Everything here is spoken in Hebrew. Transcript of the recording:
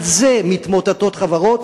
על זה מתמוטטות חברות,